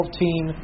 team